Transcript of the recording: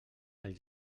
els